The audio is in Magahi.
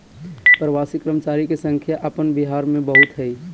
प्रवासी कर्मचारी के संख्या अपन बिहार में बहुत हइ